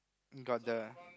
got the